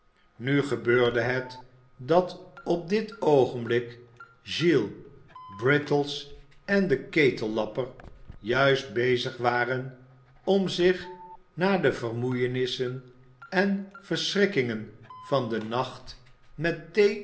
nu gebeurde het dat op dit oogenblik giles brittles en de ketellapper juist bezig waren om zich na de vermoeienissen en verschrikkingen van den nacht met